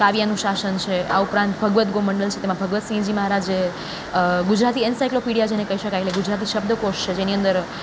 કાવ્યાનુંશાસન છે આ ઉપરાંત ભગવદ્ગોમંડળ છે જેમાં ભગતસિંહજી મહારાજે ગુજરાતી એન્સાઇક્લોપીડિયા જે કહી શકાય એટલે જે શબ્દકોશ છે જેની અંદર